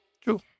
True